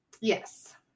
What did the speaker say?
Yes